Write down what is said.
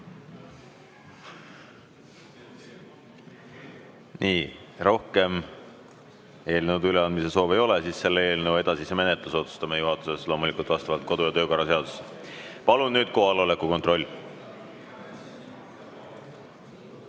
Rohkem eelnõude üleandmise soovi ei ole. Selle eelnõu edasise menetluse üle otsustame juhatuses loomulikult vastavalt kodu- ja töökorra seadusele. Palun nüüd kohaloleku kontroll.